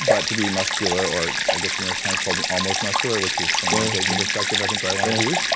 but to be muscular, or i guess the new york times called me almost muscular, which is from an antiaging perspective, i think, where i want to be.